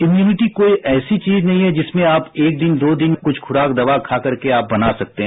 impunity कोई ऐसी चीज नहीं है जिसमें आप एक दिन दो दिन कुछ खुराक दवा खा करके आप बना सकते हैं